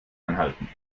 anhalten